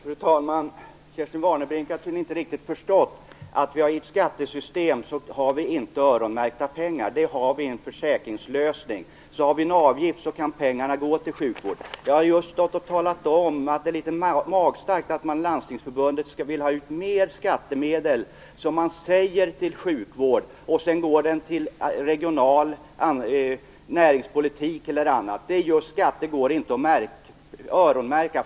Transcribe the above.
Fru talman! Kerstin Warnerbring har tydligen inte riktigt förstått att vi inte har öronmärkta pengar i ett skattesystem. Det har vi däremot i en försäkringslösning. Har vi en avgift, så kan pengarna gå till sjukvården. Jag har just stått och talat om att det är litet magstarkt att Landstingsförbundet vill ha ut mer skattemedel till, säger man, sjukvård, och sedan används pengarna till regional näringspolitik eller annat. Skatter går inte att öronmärka.